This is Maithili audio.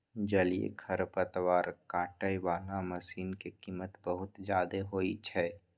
जलीय खरपतवार काटै बला मशीन के कीमत बहुत जादे होइ छै